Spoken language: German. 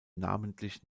namentlich